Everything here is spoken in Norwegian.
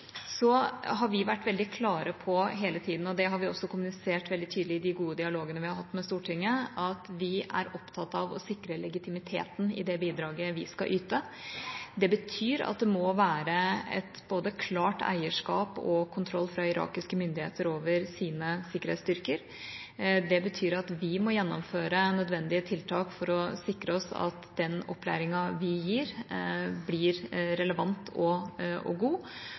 har hele tiden vært klar på, det har vi også kommunisert veldig tydelig i de gode dialogene vi har hatt med Stortinget, at vi er opptatt av å sikre legitimiteten i det bidraget vi skal yte. Det betyr at det fra irakiske myndigheter må være klart eierskap og klar kontroll over egne sikkerhetsstyrker. Det betyr at vi må gjennomføre nødvendige tiltak for å sikre oss at den opplæringen vi gir, blir relevant og god.